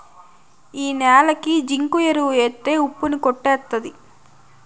ఈ న్యాలకి జింకు ఎరువు ఎత్తే ఉప్పు ని కొట్టేత్తది